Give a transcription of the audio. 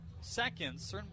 seconds